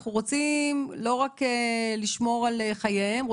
אנחנו רוצים לא רק לשמור על חייהם,